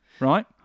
right